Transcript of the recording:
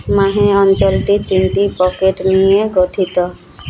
মাহে অঞ্চলটি তিনটি পকেট নিয়ে গঠিত